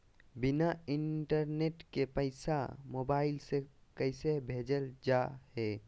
बिना इंटरनेट के पैसा मोबाइल से कैसे भेजल जा है?